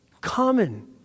common